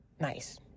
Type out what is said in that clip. nice